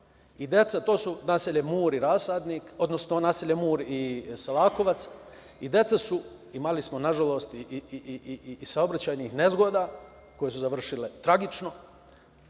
trotoare. To su naselja Mur i Rasadnik, odnosno naselje Mur i Selakovac. Imali smo i nažalost i saobraćajnih nezgoda, koje su završile tragično.